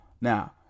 now